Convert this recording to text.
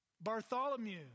Bartholomew